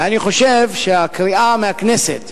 אני חושב שהקריאה מהכנסת